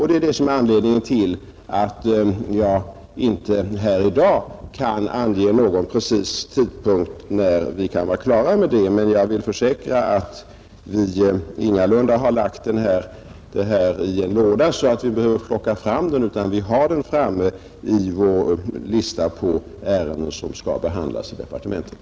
Det är detta som är anledningen till att jag inte här i dag kan ange någon precis tidpunkt när vi kan vara klara. Men jag vill försäkra att vi ingalunda har lagt detta ärende i en låda, utan vi har det framme i vår lista på ärenden som skall behandlas i departementet.